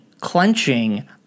clenching